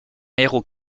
héros